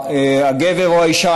הגבר או האישה,